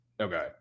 Okay